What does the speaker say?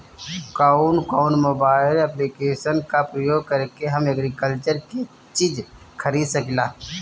कउन कउन mobile application का प्रयोग करके हम एग्रीकल्चर के चिज खरीद सकिला?